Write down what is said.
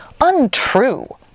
untrue